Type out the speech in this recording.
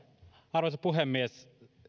arvoisa puhemies